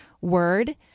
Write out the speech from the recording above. word